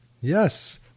Yes